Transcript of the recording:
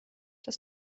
das